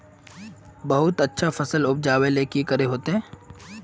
बहुत अच्छा फसल उपजावेले की करे होते?